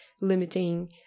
limiting